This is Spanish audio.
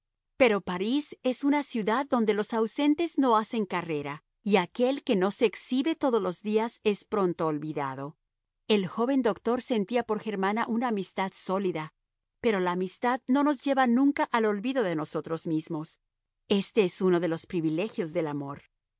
pero parís es una ciudad donde los ausentes no hacen carrera y aquel que no se exhibe todos los días es pronto olvidado el joven doctor sentía por germana una amistad sólida pero la amistad no nos lleva nunca al olvido de nosotros mismos éste es uno de los privilegios del amor